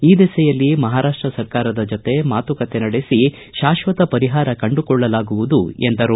ಈ ದಿಸೆಯಲ್ಲಿ ಮಹಾರಾಷ್ಟ ಸರ್ಕಾರದ ಜತೆ ಮಾತುಕತೆ ನಡೆಸಿ ಶಾಶ್ವತ ಪರಿಹಾರ ಕಂಡುಕೊಳ್ಳಲಾಗುವುದು ಎಂದರು